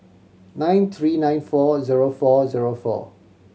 nine three nine four zero four zero four